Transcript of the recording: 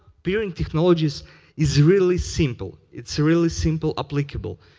peering technologies is really simple. it's really simple, applicable.